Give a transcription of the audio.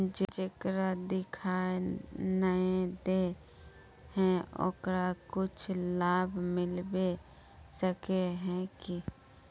जेकरा दिखाय नय दे है ओकरा कुछ लाभ मिलबे सके है की?